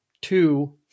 two